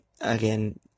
again